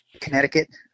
connecticut